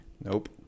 nope